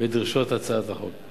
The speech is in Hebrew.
בדרישות הצעת החוק.